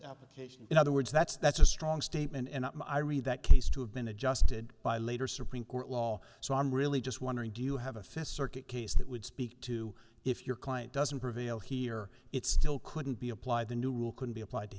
application in other words that's that's a strong statement and i read that case to have been adjusted by later supreme court law so i'm really just wondering do you have a fence circuit case that would speak to if your client doesn't prevail here it's still couldn't be applied the new rule can be applied to